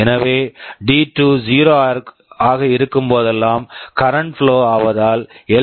எனவே டி2 D2 0 ஆக இருக்கும்போதெல்லாம் கரண்ட் பிளோ current flow ஆவதால் எல்